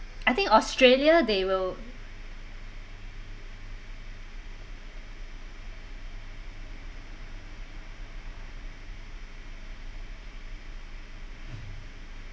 I think australia they will